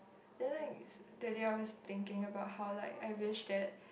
the other thing that day I was thinking about how like I wish that